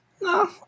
No